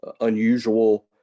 Unusual